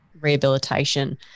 rehabilitation